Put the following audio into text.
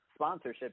sponsorships